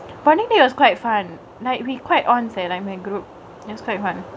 to it was quite fun night we quite honestly and I'm a group it's quite fun